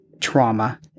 trauma